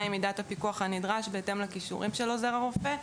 היא מידת הפיקוח הנדרשת בהתאם לכישורים של עוזר הרופא.